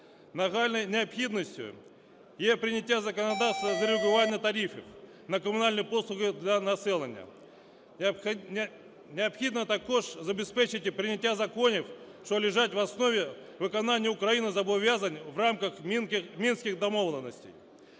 Нагальною необхідністю є прийняття законодавства з регулювання тарифів на комунальні послуги для населення. Необхідно також забезпечити прийняття законів, що лежать в основі виконання Україною зобов'язань в рамках Мінських домовленостей.